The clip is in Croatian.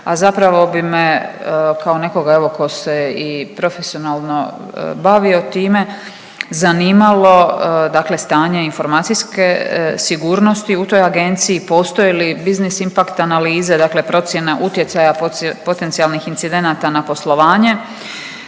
a zapravo bi me kao nekoga ko se i profesionalno bavio time zanimalo dakle stanje informacijske sigurnosti u toj agenciji, postoje li business impact analize, dakle procjene utjecaja potencijalnih incidenata na poslovanje,